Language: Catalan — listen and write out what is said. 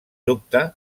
dubte